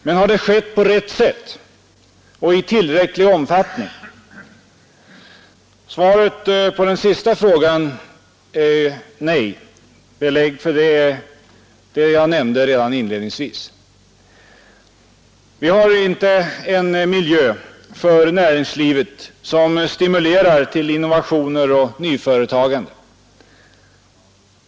Men har det skett på rätt sätt och i tillräcklig omfattning? Svaret på den frågan är nej. Belägg för det är det jag nämnde redan inledningsvis. Vi har inte en miljö för näringslivet som stimulerar till innovationer och nyföretagande.